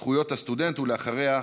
זכויות הסטודנט, ואחריה,